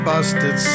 busted